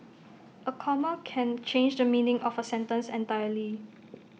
A comma can change the meaning of A sentence entirely